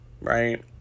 right